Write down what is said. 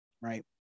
right